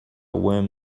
worm